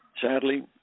sadly